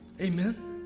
Amen